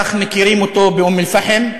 כך מכירים אותו באום-אלפחם,